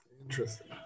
interesting